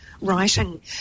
writing